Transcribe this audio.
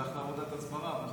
זו אחלה עבודת הסברה.